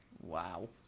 Wow